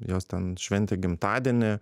jos ten šventė gimtadienį